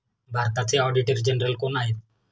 भारताचे auditor general कोण आहेत?